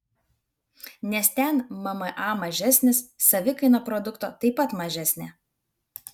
nes ten mma mažesnis savikaina produkto taip pat mažesnė